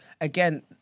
Again